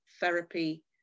therapy